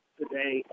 today